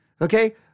Okay